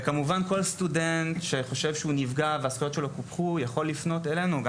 וכמובן כל סטודנט שחושב שהוא נפגע והזכויות שלו קופחו יכול לפנות אלינו.